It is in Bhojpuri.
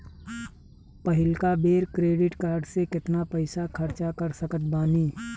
पहिलका बेर क्रेडिट कार्ड से केतना पईसा खर्चा कर सकत बानी?